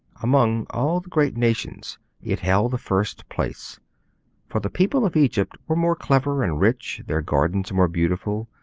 among all the great nations it held the first place for the people of egypt were more clever, and rich their gardens more beautiful,